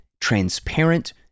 transparent